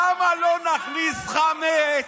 למה לא נכניס חמץ,